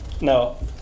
no